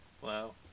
Wow